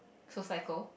to cycle